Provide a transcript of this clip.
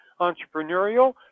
entrepreneurial